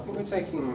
we're taking ah, a